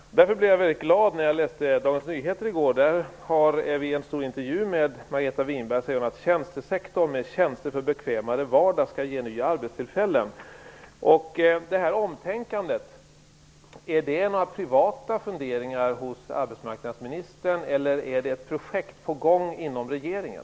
Därför blev jag väldigt glad när jag läste Dagens Nyheter i går. I en stor intervju med Margareta Winberg säger hon att tjänstesektorn med tjänster för bekvämare vardag skall ge nya arbetstillfällen. Det här omtänkandet, är det privata funderingar hos arbetsmarknadsministern, eller är det ett projekt på gång inom regeringen?